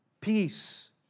peace